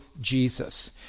Jesus